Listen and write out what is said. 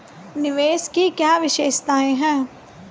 निवेश की क्या विशेषता है?